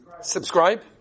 Subscribe